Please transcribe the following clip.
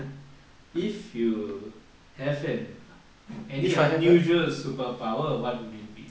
if you have an any unusual superpower but would it be